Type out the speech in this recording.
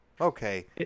Okay